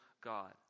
God